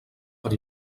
per